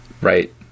Right